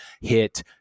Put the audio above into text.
hit